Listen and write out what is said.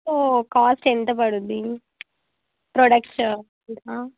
so cost ఎంత పడుతుంది products ఇంకా